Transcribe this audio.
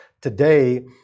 Today